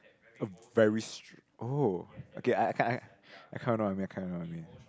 a very st~ oh okay I I kind of know I kind of know what you mean